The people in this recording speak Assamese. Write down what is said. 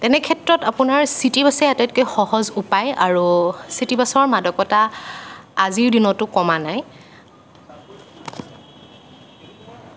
তেনেক্ষেত্ৰত আপোনাৰ চিটিবাছেই আটাইতকে সহজ উপায় আৰু চিটিবাছৰ মাদকতা আজিৰ দিনতো কমা নাই